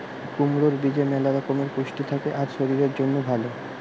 কুমড়োর বীজে ম্যালা রকমের পুষ্টি থাকে আর শরীরের জন্যে ভালো